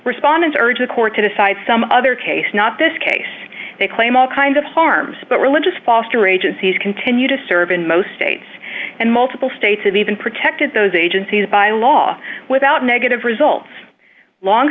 respondents urged the court to decide some other case not this case they claim all kinds of harms but religious foster agencies continue to serve in most states and multiple states and even protected those agencies by law without negative results long